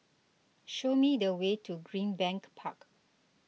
show me the way to Greenbank Park